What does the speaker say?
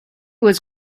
was